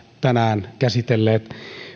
tänään käsitelleet